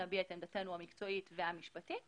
כמובן עם עמדתנו המקצועית והמשפטית,